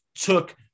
took